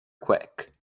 quick